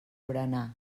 berenar